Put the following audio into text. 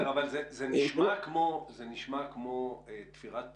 זה נשמע כמו תפירת פתרונות,